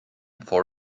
for